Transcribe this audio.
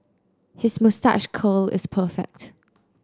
his moustache curl is perfect